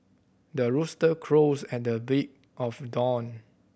the rooster crows at the break of dawn